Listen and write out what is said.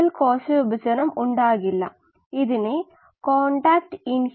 അടുത്ത പ്രഭാഷണത്തിൽ ഇതിനുത്തരം നാം കണ്ടെത്തും